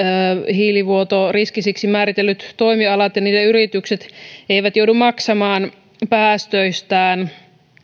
hiilivuotoriskisiksi määritellyt toimialat ja niiden yritykset eivät joudu maksamaan päästöistään